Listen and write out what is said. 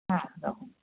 হ্যাঁ রাখুন